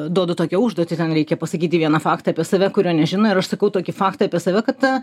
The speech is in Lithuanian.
duodu tokią užduotį ten reikia pasakyti vieną faktą apie save kurio nežino ir aš sakau tokį faktą apie save kad